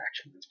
action